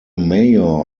mayor